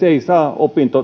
ei saa